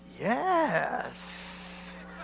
yes